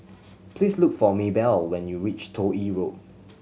please look for Mabelle when you reach Toh Yi Road